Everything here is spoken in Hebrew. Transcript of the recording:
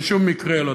בשום מקרה לא.